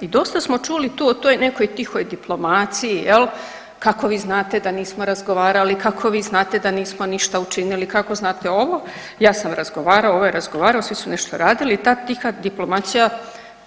I dosta smo čuli tu o toj nekoj tihoj diplomaciji jel, kako vi znate da nismo razgovarali, kako vi znate da nismo ništa učinili, kako vi znate ovo, ja sam razgovarao, ovaj je razgovarao, svi su nešto radili i ta tiha diplomacija